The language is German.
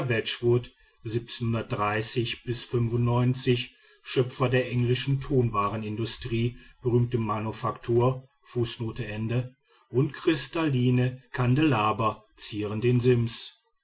schöpfer der englischen tonwarenindustrie berühme manufaktur und kristallene kandelaber zieren den sims